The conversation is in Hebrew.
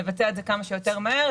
לבצע את זה כמה שיותר מהר,